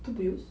to use